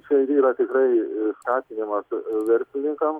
čia ir yra tikrai skatinimas verslininkam